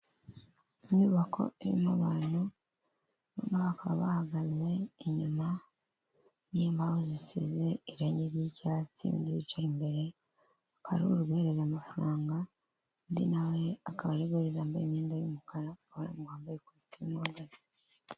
Inyubako irimo abantu bamwe bakaba bahagaze inyuma y'imbaho zisize irange ry'icyatsi undi yica imbere, hari uri kumuhereza amafaranga, undi nawe akaba ari guhereza uwambaye imyenda y'umukara arimo ahereza uwambaye ikositimu y'umweru.